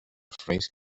phrase